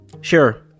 Sure